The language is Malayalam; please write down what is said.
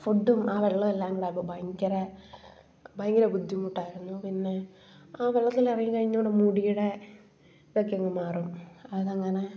ഫുഡും ആ വെള്ളം എല്ലാം കൂടെ ആയപ്പോൾ ഭയങ്കര ഭയങ്കര ബുദ്ധിമുട്ടായിരുന്നു പിന്നെ ആ വെള്ളത്തിലിറങ്ങി കഴിഞ്ഞപ്പോൾ മുടിയുടെ ഇതക്കെ അങ്ങ് മാറും അതങ്ങനെ